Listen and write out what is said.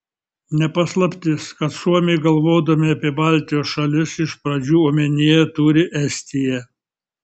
ne paslaptis kad suomiai galvodami apie baltijos šalis iš pradžių omenyje turi estiją